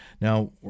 Now